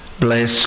bless